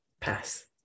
pass